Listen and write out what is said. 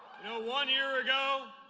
one year ago,